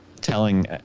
telling